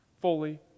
fully